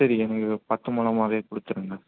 சரி எனக்கு பத்து முழமாவே கொடுத்துருங்க